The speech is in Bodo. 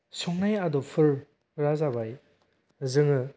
संनाय आदबफोरा जाबाय जोङो